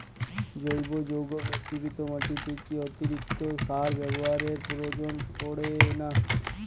জৈব যৌগ মিশ্রিত মাটিতে কি অতিরিক্ত সার ব্যবহারের প্রয়োজন পড়ে না?